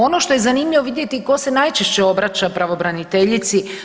Ono što je zanimljivo vidjeti tko se najčešće obraća pravobraniteljici.